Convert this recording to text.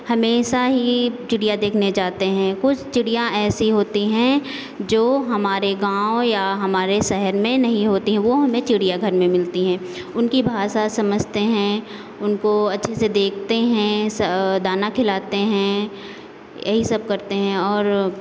हमेशा ही चिड़िया देखने जाते हैं कुछ चिड़िया ऐसी होती है जो हमारे गाँव या हमारे शहर में नहीं होती हैं वो हमें चिड़ियाघर में मिलती है उनकी भाषा समझते हैं उनको अच्छे से देखते हैं दाना खिलाते हैं यही सब करते हैं और